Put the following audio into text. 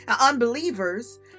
unbelievers